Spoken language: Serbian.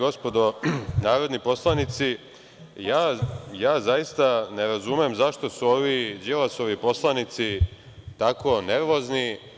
Dame i gospodo narodni poslanici, zaista ne razumem zašto su ovi Đilasovi poslanici tako nervozni.